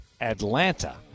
Atlanta